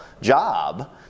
job